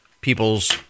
people's